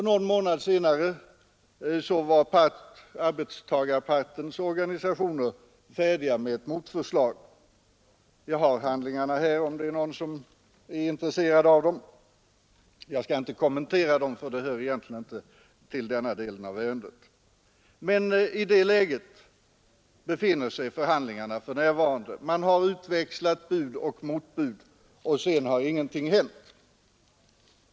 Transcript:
Någon månad senare var arbetstagar Nr 107 partens organisationer färdiga med ett motförslag. Jag har handlingarna här, men jag skall inte kommentera dem, ty de har egentligen inte relevans i detta ärende. I det läget befinner sig förhandlingarna för närvarande. Man har Stärkt skydd mot utväxlat bud och motbud, och sedan har ingenting hänt.